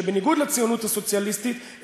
שבניגוד לציונות הסוציאליסטית,